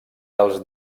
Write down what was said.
els